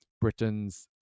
Britain's